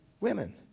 women